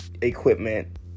equipment